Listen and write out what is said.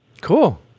Cool